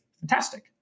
fantastic